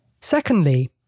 Secondly